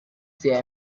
sehr